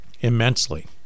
Immensely